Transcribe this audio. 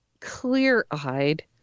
clear-eyed